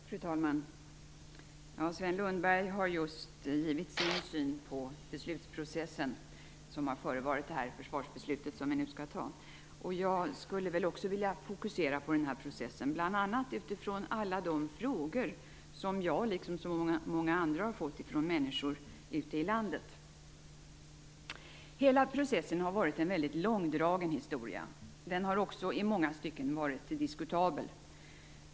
Fru talman! Sven Lundberg har just givit sin syn på den beslutsprocess som har föregått det försvarsbeslut vi nu skall fatta. Jag skulle också vilja fokusera på denna process, bl.a. utifrån alla de frågor som jag, liksom många andra, har fått från människor ute i landet. Hela processen har varit väldigt långdragen. I många stycken har den också varit diskutabel.